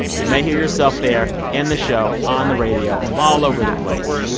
you may hear yourself there in the show on the radio, all over the place.